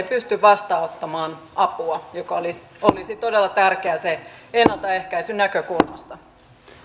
pysty vastaanottamaan apua joka olisi olisi todella tärkeää sen ennaltaehkäisyn näkökulmasta